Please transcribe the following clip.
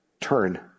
Turn